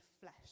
flesh